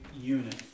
unit